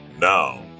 Now